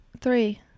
three